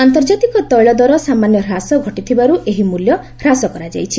ଆନ୍ତର୍ଜାତିକ ତୈଳ ଦର ସାମାନ୍ୟ ହ୍ରାସ ଘଟିଥିବାରୁ ଏହି ମୂଲ୍ୟ ହ୍ରାସ କରାଯାଇଛି